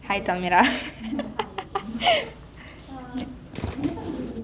okay kamira